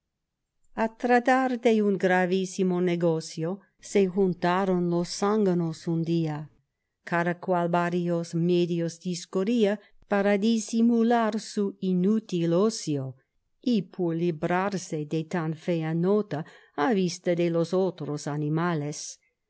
a tratar de un gravísimo negocio se juntaron los zánganos un día cada cual varios medios discurría para disimular su inútil ocio y por librarse de tan fea nota a vista de los otros animales